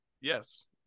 yes